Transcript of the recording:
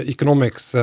Economics